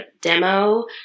demo